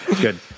Good